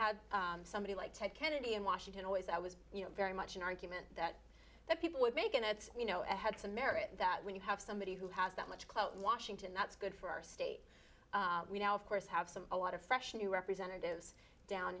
had somebody like ted kennedy in washington always i was you know very much an argument that that people would make and it you know it had some merit that when you have somebody who has that much clout in washington that's good for our state of course have some a lot of fresh new representatives down